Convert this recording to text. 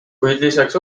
lisaks